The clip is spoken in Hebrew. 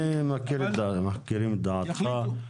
כן, אנחנו מכירים את דעתך,